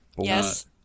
Yes